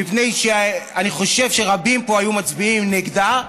מפני שאני חושב שרבים פה היו מצביעים נגדה,